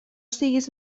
siguis